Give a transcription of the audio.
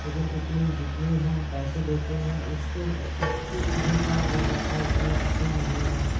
लेकिन इतनी जितनी हम पैसे देते हैं उसके उसके अनुसार गुणवत्ता इतनी अच्छी नहीं है